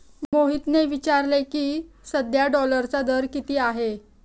मोहितने विचारले की, सध्या डॉलरचा दर किती आहे?